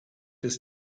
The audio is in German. ist